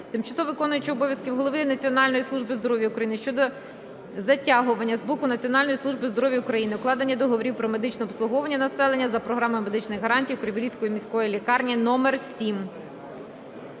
тимчасово виконуючого обов'язки Голови Національної служби здоров'я України щодо затягування з боку Національної служби здоров'я України укладення договорів про медичне обслуговування населення за програмою медичних гарантій з Криворізькою міською лікарнею №7.